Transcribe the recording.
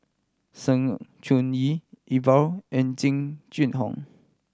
Sng Choon Yee Iqbal and Jing Jun Hong